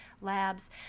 labs